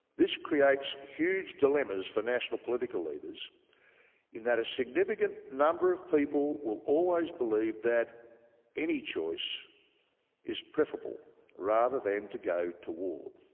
this creates huge dilemmas for national political leaders in that a significant number of people will always believe that any choice is preferable rather than to go to war.